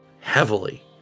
heavily